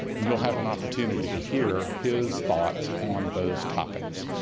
and you'll have an opportunity to hear his thoughts on those topics.